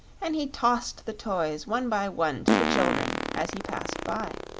and he tossed the toys one by one to the children as he passed by.